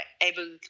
able